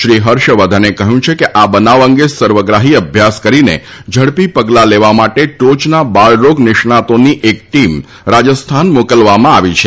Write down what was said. શ્રી હર્ષવર્ધને કહ્યું છે કે આ બનાવ અંગે સર્વગ્રાહી અભ્યાસ કરીને ઝડપી પગલા લેવા માટે ટોયના બાળ રોગ નિષ્ણાતોની એક ટીમ રાજસ્થાન મોકલવામાં આવી છે